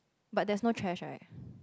but there's no trash right